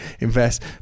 invest